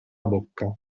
bocca